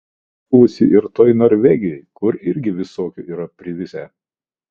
juk esu buvusi ir toj norvegijoj kur irgi visokių yra privisę